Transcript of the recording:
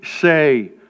say